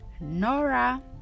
Nora